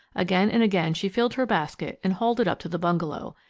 again and again she filled her basket and hauled it up to the bungalow,